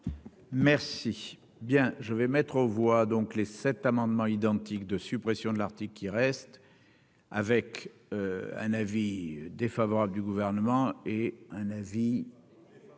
Merci. Bien, je vais mettre aux voix, donc les 7 amendements identiques de suppression de l'article, qui reste avec un avis défavorable du gouvernement et un avis